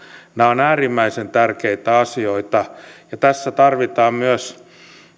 nämä ovat äärimmäisen tärkeitä asioita tässä tarvitaan myös